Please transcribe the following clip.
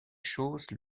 choses